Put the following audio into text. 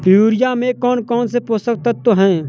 Urea में कौन कौन से पोषक तत्व है?